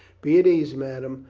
be at ease, madame.